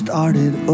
Started